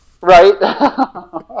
Right